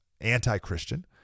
anti-Christian